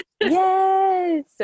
Yes